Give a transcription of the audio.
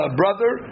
brother